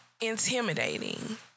intimidating